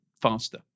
faster